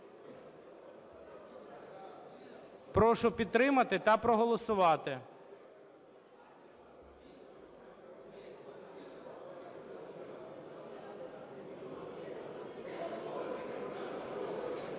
Прошу підтримати та проголосувати.